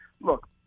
look